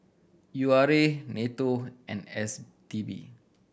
U R A NATO and S T B